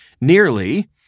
Nearly